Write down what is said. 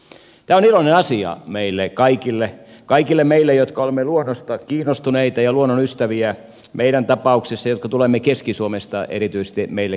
tämä on iloinen asia meille kaikille kaikille meille jotka olemme luonnosta kiinnostuneita ja luonnonystäviä meidän tapauksessa jotka tulemme keski suomesta erityisesti meille keskisuomalaisille päättäjille